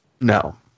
No